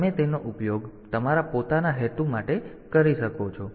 તેથી તમે તેનો ઉપયોગ તમારા પોતાના હેતુ માટે કરી શકો છો